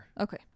Okay